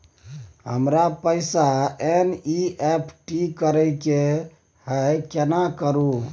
हमरा पैसा एन.ई.एफ.टी करे के है केना करू?